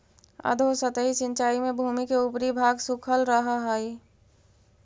अधोसतही सिंचाई में भूमि के ऊपरी भाग सूखल रहऽ हइ